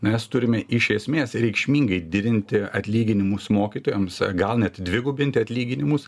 mes turime iš esmės reikšmingai didinti atlyginimus mokytojams gal net dvigubinti atlyginimus